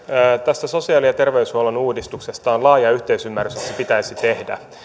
tästä sosiaali ja terveyshuollon uudistuksesta on laaja yhteisymmärrys että se pitäisi tehdä